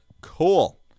Cool